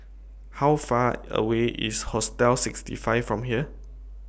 How Far away IS Hostel sixty five from here